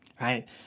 right